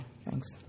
Thanks